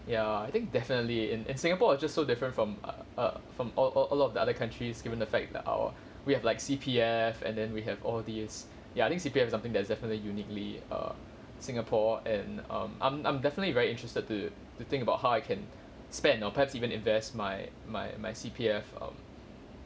ya I think definitely in in singapore it's just so different from err err from all all all of the other countries given the fact that our we have like C_P_F and then we have all these ya I think C_P_F something that is definitely uniquely err singapore and I'm I'm I'm definitely very interested to to think about how I can spend and or perhaps even invest my my my C_P_F um